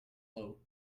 low